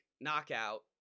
knockout